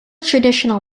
traditional